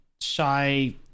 shy